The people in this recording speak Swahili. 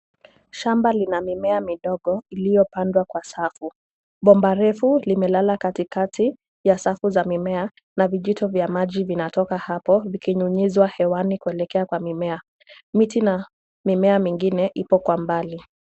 Shamba lina mimea midogo iliyopandwa kwa safu. Bomba refu limelala katikati ya safu za mimea na vijito vya maji vinatoka hapo vikinyunyizwa hewani kuelekea kwa mimea. Miti na mimea mingine iko kwa mbali.